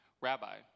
Rabbi